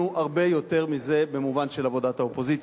הרבה יותר מזה במובן של עבודת האופוזיציה.